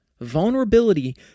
Vulnerability